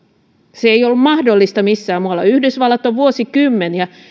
se ei ole ollut mahdollista missään muualla yhdysvallat on vuosikymmeniä